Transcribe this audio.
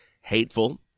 Hateful